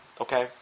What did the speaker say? Okay